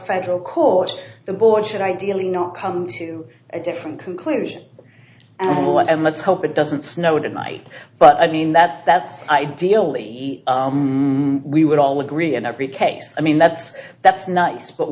federal court the board should ideally not come to a different conclusion and want a much hope it doesn't snow tonight but i mean that that's ideal that we would all agree in every case i mean that's that's nice but